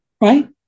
right